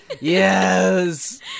Yes